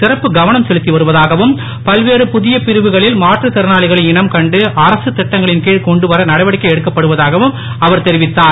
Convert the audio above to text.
சிறப்பு கவனம் செலுத்தி வருவதாகவும் பல்வேறு புதிய பிரிவுகளில் மாற்றுத்திறனாளிகளை இனம் கண்டு அரசுத் திட்டங்களின் கீழ் கொண்டு வர நடவடிக்கை எடுக்கப்படுவதாகவும் அவர் தெரிவித்தார்